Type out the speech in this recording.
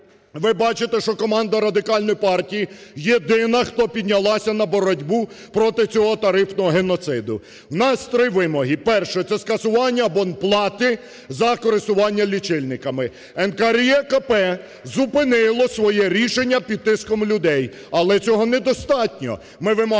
ви бачите, що команда Радикальної партії єдина, хто піднялася на боротьбу проти цього тарифного геноциду. У нас три вимоги. Перше – це скасування абонплати за користування лічильниками. НКРЕКП зупинило своє рішення під тиском людей. Але цього недостатньо.